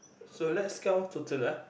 so let's count total lah